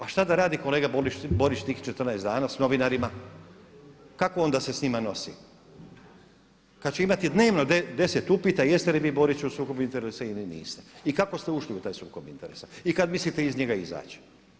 A šta da radi kolega Borić tih 14 dana s novinarima, kako on da se s njima nosi kada će imati dnevno deset upita jeste li vi Boriću u sukobu interesa ili niste i kako ste ušli u taj sukob interesa i kada mislite iz njega izaći.